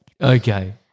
Okay